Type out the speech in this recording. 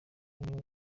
niwe